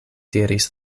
diris